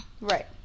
Right